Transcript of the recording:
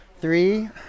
Three